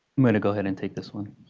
i'm going to go ahead and take this one.